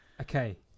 Okay